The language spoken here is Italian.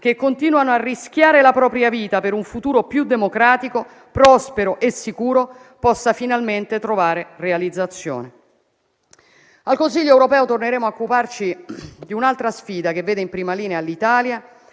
che continuano a rischiare la propria vita per un futuro più democratico, prospero e sicuro possa finalmente trovare realizzazione. Al Consiglio europeo torneremo a occuparci di un'altra sfida che vede in prima linea l'Italia